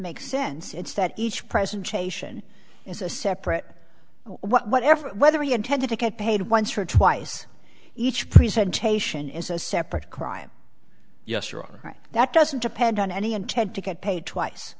make sense it's that each presentation is a separate whatever whether he intended to get paid once or twice each present taishan is a separate crime yes you're right that doesn't depend on any intent to get paid twice